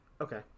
Okay